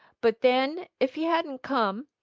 but then, if he hadn't come,